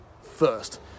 first